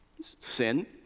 sin